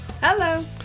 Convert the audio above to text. Hello